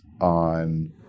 on